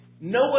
no